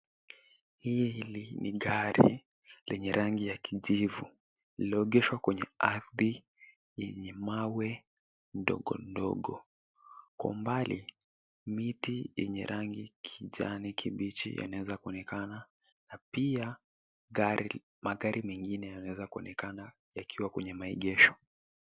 Hili ni gari lenye rangi ya kijivu iliyoegeshwa kwenye ardhi yenye mawe ndogo ndogo. Kwa umbali miti yenye rangi kijani kibichi yanaweza kuonekana na pia magari mengine yanaweza kuonekana yakiwa kwenye maegesho.